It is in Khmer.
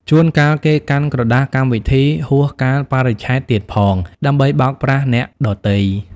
ជួនកាលគេកាន់ក្រដាសកម្មវិធីហួសកាលបរិច្ឆេទទៀតផង ដើម្បីបោកប្រាស់អ្នកដទៃ។